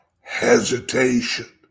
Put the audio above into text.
hesitation